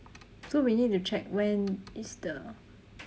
so we need to check when is the